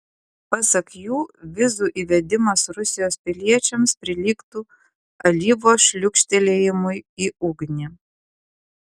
pasak jų vizų įvedimas rusijos piliečiams prilygtų alyvos šliūkštelėjimui į ugnį